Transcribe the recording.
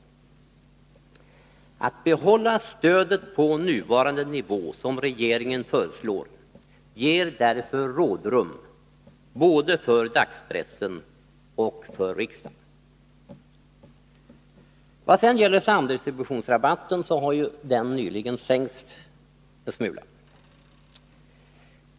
Att behålla stödet på nuvarande nivå, som regeringen föreslår, ger därför rådrum både för dagspressen och för riksdagen. Samdistributionsrabatten har ju nyligen sänkts en smula.